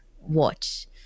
watch